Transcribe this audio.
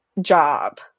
job